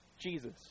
Jesus